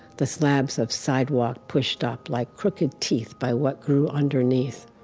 the slabs of sidewalk pushed up like crooked teeth by what grew underneath.